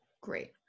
great